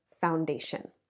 foundation